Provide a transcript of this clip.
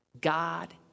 God